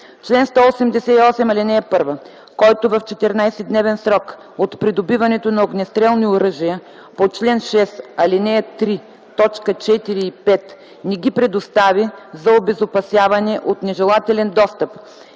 „Чл. 188. (1) Който в 14-дневен срок от придобиването на огнестрелни оръжия по чл. 6, ал. 3, т. 4 и 5 не ги предостави за обезопасяване от нежелателен достъп